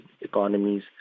economies